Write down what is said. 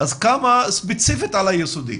אז כמה ספציפית על היסודי.